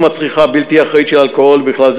הצריכה הבלתי אחראית של אלכוהול בכלל.